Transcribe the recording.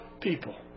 people